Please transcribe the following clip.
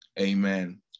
amen